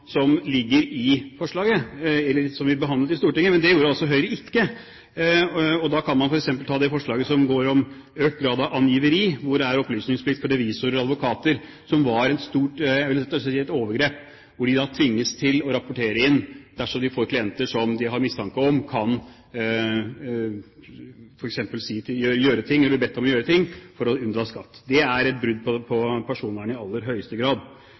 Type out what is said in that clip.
vi behandlet i Stortinget. Men det gjorde altså Høyre ikke. Da kan vi f.eks. ta det forslaget som går på økt grad av angiveri, hvor det er opplysningsplikt for revisorer og advokater, som var et overgrep, og hvor de tvinges til å rapportere inn dersom de får klienter som de har mistanke om f.eks. kan bli bedt om å gjøre ting for å unndra skatt. Det er et brudd på personvernet i aller høyeste grad.